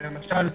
למשל,